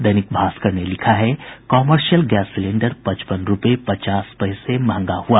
दैनिक भास्कर ने लिखा है कॉमर्शियल गैस सिलेंडर पचपन रूपये पचास पैसे महंगा हुआ